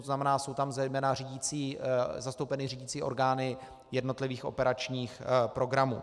To znamená, jsou tam zejména zastoupeny řídicí orgány jednotlivých operačních programů.